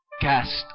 cast